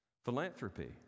Philanthropy